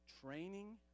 training